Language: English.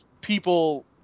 people